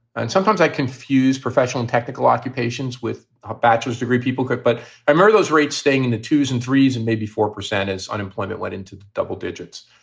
and sometimes i confuse professional in technical occupations with a bachelor's degree people. but i'm sure those rates staying in the twos and threes and maybe four percent as unemployment went into double digits.